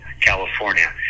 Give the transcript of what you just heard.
California